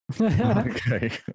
Okay